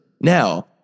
now